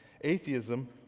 Atheism